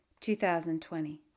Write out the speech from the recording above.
2020